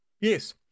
Yes